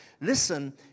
Listen